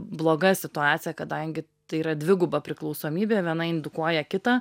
bloga situacija kadangi tai yra dviguba priklausomybė viena indukuoja kitą